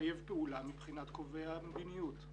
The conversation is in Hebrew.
יחייב פעולה מבחינת קובעי המדיניות.